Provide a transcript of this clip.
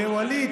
וואליד,